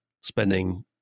spending